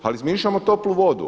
Ali izmišljamo toplu vodu.